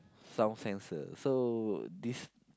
sound sensor so this